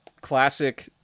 classic